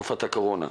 בתקופת הקורונה,